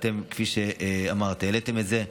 כפי שאמרתי, אני שמח שהעליתם את זה.